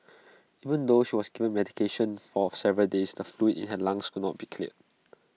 even though she was given medication for several days the fluid in her lungs could not be cleared